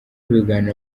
biganiro